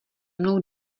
mnou